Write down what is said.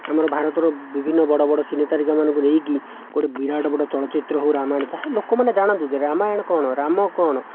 ଆମର ଭାରତର ବିଭିନ୍ନ ବଡ଼ ବଡ଼ ସିନେ ତାରକାମାନଙ୍କୁ ନେଇକି ଗୋଟିଏ ବିରାଟ ବଡ଼ ଚଳଚ୍ଚିତ୍ର ହେଉ ରାମାୟଣ ଯାହା ଲୋକମାନେ ଜାଣନ୍ତୁ ରାମାୟଣ କ'ଣ ରାମ କ'ଣ